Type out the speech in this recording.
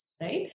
right